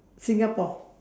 singapore